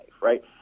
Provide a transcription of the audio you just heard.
Right